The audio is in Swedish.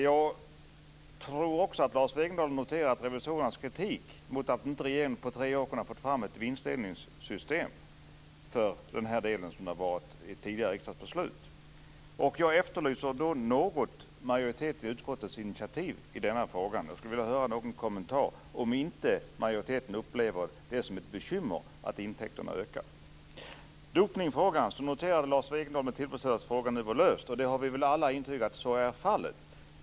Jag tror också att Lars Wegendal har noterat revisorernas kritik mot att regeringen inte på tre år kunnat få fram ett vinstdelningssystem för den här delen, som det tidigare fattats ett riksdagsbeslut om. Jag efterlyser något initiativ från utskottets majoritet i denna fråga. Jag skulle vilja höra någon kommentar till om inte majoriteten upplever det som ett bekymmer att intäkterna inte ökar. Dopningsfrågan, noterade Lars Wegendal med till fredsställelse, var löst. Alla har vi intygat att så är fallet.